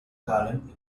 garden